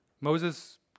Moses